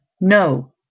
no